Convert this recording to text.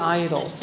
idol